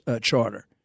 Charter